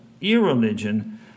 irreligion